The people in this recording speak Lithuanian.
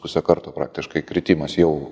puse karto praktiškai kritimas jau